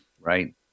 Right